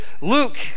Luke